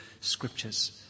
scriptures